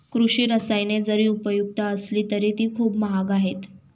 कृषी रसायने जरी उपयुक्त असली तरी ती खूप महाग आहेत